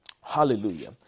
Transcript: Hallelujah